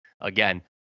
again